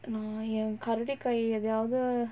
நா என்:naa en எதயாவது:ethayaavathu